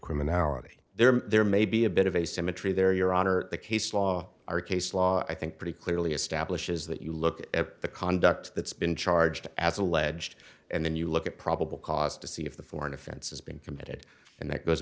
criminality there there may be a bit of a symmetry there your honor the case law or case law i think pretty clearly establishes that you look at the conduct that's been charged as alleged and then you look at probable cause to see if the foreign offense has been committed and that goes